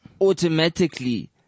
automatically